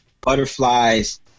butterflies